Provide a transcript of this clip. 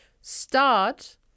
start